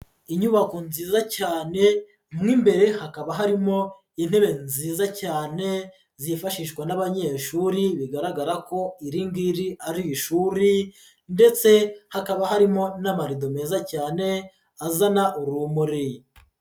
Inyubako nziza cyane, mo imbere hakaba harimo intebe nziza cyane zifashishwa n'abanyeshuri, bigaragara ko iri ngiri ari ishuri ndetse hakaba harimo n'amarido meza cyane azana urumuri.